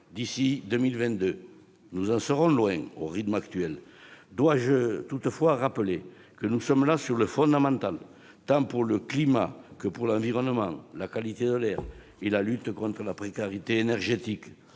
actuel, nous en saurons loin. Dois-je toutefois rappeler que nous sommes là sur le fondamental, tant pour le climat que pour l'environnement, la qualité de l'air et la lutte contre la précarité énergétique